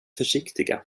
försiktiga